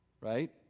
right